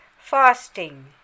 fasting